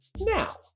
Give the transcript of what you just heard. Now